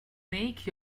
make